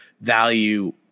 value